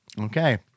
okay